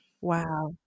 Wow